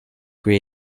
grey